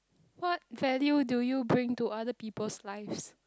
what value do you bring to other people's lives